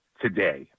today